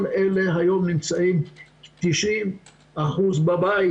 כל אלה היום נמצאים 90% בבית.